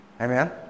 amen